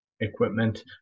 equipment